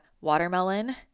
watermelon